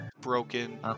broken